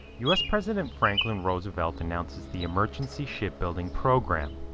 us president franklin roosevelt announces the emergency shipbuilding program.